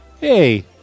Hey